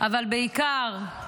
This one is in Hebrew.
אבל בעיקר,